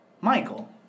Michael